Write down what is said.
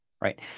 right